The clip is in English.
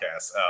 podcast